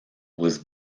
was